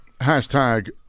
Hashtag